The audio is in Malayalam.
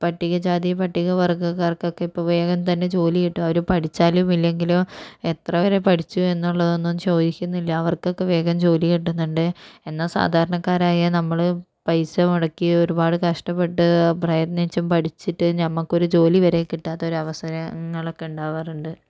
പട്ടിക ജാതി പട്ടിക വർഗ്ഗക്കാർക്കൊക്കെ ഇപ്പം വേഗം തന്നെ ജോലി കിട്ടും അവര് പഠിച്ചാലും ഇല്ലെങ്കിലും എത്രവരെ പഠിച്ചു എന്നുള്ളതൊന്നും ചോദിക്കുന്നില്ല അവർക്കൊക്കെ വേഗം ജോലി കിട്ടുന്നുണ്ട് എന്നാൽ സാധാരണക്കാരായ നമ്മള് പൈസ മുടക്കി ഒരുപാട് കഷ്ട്ടപ്പെട്ട് പ്രയത്നിച്ചും പഠിച്ചിട്ട് നമുക്കൊരു ജോലി വരെ കിട്ടാത്തൊരു അവസരങ്ങളക്കെ ഉണ്ടാകാറുണ്ട്